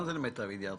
מה זה "למיטב ידיעתי"?